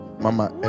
Mama